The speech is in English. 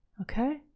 okay